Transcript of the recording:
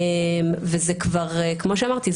וכמו שאמרתי,